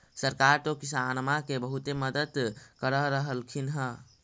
सरकार तो किसानमा के बहुते मदद कर रहल्खिन ह?